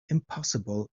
impossible